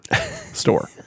store